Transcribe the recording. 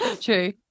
true